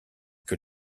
que